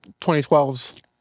2012's